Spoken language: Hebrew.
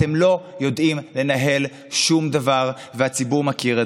אתם לא יודעים לנהל שום דבר, והציבור מכיר בזה.